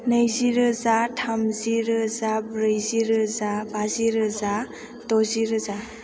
नैजि रोजा थामजि रोजा ब्रैजि रोजा बाजि रोजा द'जि रोजा